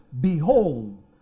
Behold